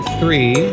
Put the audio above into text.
three